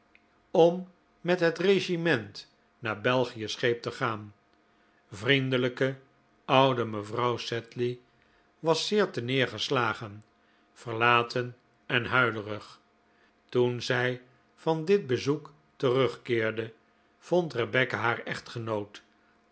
om met het regiment naar belgie scheep te gaan vriendelijke oude mevrouw sedley was zeer terneergeslagen verlaten en huilerig toen zij van dit bezoek terugkeerde vond rebecca haar echtgenoot